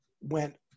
went